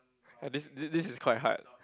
ah this this this is quite hard